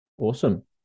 Awesome